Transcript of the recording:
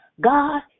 God